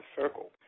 circle